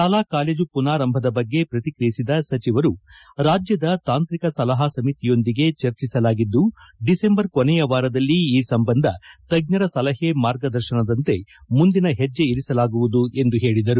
ಶಾಲಾ ಕಾಲೇಜು ಮನಾರಂಭದ ಬಗ್ಗೆ ಪ್ರತಿಕ್ರಿಯಿಸಿದ ಸಚಿವರು ರಾಜ್ಯದ ತಾಂತ್ರಿಕ ಸಲಹಾ ಸಮಿತಿಯೊಂದಿಗೆ ಚರ್ಚಿಸಲಾಗಿದ್ದು ಡಿಸೆಂಬರ್ ಕೊನೆಯ ವಾರದಲ್ಲಿ ಈ ಸಂಬಂಧ ತಜ್ಞರ ಸಲಹೆ ಮಾರ್ಗದರ್ಶನದಂತೆ ಮುಂದಿನ ಹೆಜ್ಜೆ ಇರಿಸಲಾಗುವುದು ಎಂದು ಹೇಳಿದರು